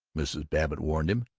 mrs. babbitt warned him.